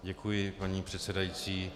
Děkuji, paní předsedající.